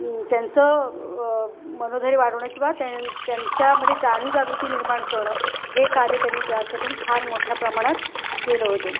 त्यांचं मनोधैर्य वाढवणं किंवा त्यांच्यामध्ये जाणीवजागृती निर्माण करणं हे कार्य त्याने त्याच्यातून फार मोठ्या प्रमाणात केलं होतं